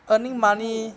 good deal lah